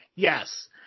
Yes